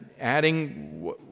adding